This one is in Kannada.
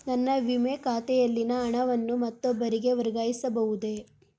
ನನ್ನ ವಿಮೆ ಖಾತೆಯಲ್ಲಿನ ಹಣವನ್ನು ಮತ್ತೊಬ್ಬರಿಗೆ ವರ್ಗಾಯಿಸ ಬಹುದೇ?